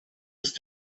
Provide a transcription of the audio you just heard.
ist